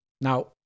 Now